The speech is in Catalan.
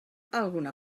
alguna